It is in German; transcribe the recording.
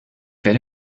werde